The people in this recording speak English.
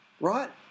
right